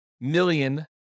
million